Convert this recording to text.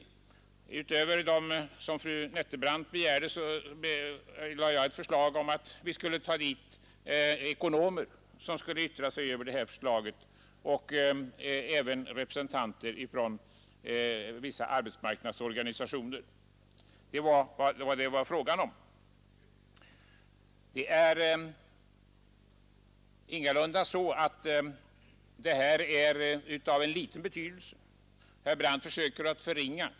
Utöver dem som fru Nettelbrandt begärde föreslog jag att det skulle tillkallas ekonomer och representanter för vissa arbetsmarknadsorganisationer som skulle yttra sig över detta förslag. Det var detta det var fråga om. Det är ingalunda så att förslaget är av ringa betydelse som herr Brandt försöker göra gällande.